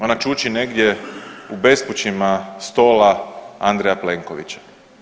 Ona čuči negdje u bespućima stola Andreja Plenkovića.